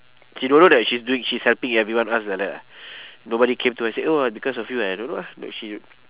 she don't know that she's doing she's helping everyone us like that ah nobody came to her and say oh because of you I don't know lah but she